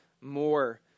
more